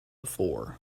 four